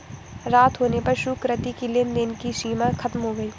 रात होने पर सुकृति की लेन देन की सीमा खत्म हो गई